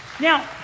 Now